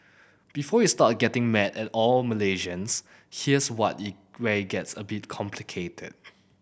before you start getting mad at all Malaysians here's what it where it gets a bit complicated